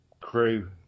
crew